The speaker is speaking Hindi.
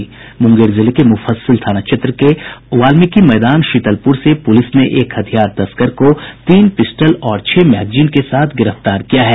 मूंगेर जिले के मूफस्सिल थाना क्षेत्र के वाल्मीकि मैदान शीतलप्र से पूलिस ने एक हथियार तस्कर को तीन पिस्टल और छह मैगजीन के साथ गिरफ्तार किया है